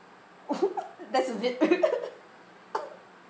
that's a bit